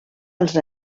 als